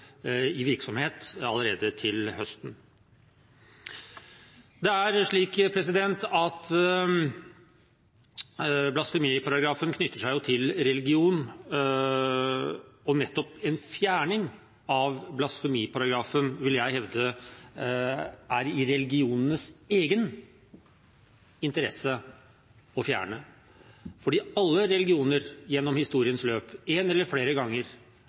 i virksomhet allerede til høsten. Det er slik at blasfemiparagrafen knytter seg til religion. Jeg vil hevde at nettopp en fjerning av blasfemiparagrafen er i religionenes egen interesse, fordi alle religioner gjennom historiens løp har vært gjenstand for forfølgelse en eller flere ganger.